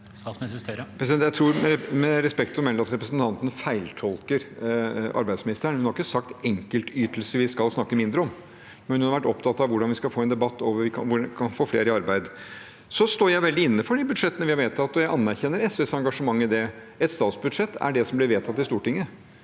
Jeg tror med respekt å melde at representanten feiltolker arbeidsministeren. Hun har ikke sagt at det er enkeltytelser vi skal snakke mindre om. Hun har vært opptatt av hvordan vi skal få en debatt om å få flere i arbeid. Jeg står veldig inne for de budsjettene vi har vedtatt, og jeg anerkjenner SVs engasjement i det. Et statsbudsjett er det som blir vedtatt i Stortinget.